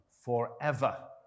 forever